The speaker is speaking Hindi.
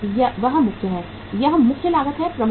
वह मुख्य है यह मुख्य लागत है प्रमुख लागत है